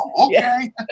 okay